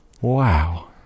Wow